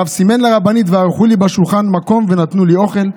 הרב סימן לרבנית וערכו לי בשולחן מקום ונתנו לי אוכל.